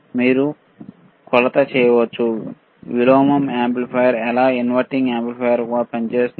మీరు కొలత చేయవచ్చు విలోమం యాంప్లిఫైయర్ ఎలా ఇన్వర్టింగ్ యాంప్లిఫైయర్ పనిచేస్తుంది